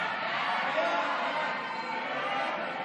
הצעת סיעת הליכוד להביע